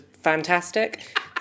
Fantastic